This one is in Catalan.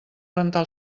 rentar